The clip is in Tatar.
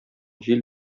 җил